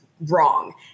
wrong